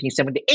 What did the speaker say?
1978